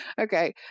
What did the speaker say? Okay